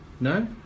No